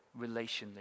relationally